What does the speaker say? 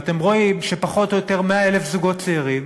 ואתם רואים שפחות או יותר 100,000 זוגות צעירים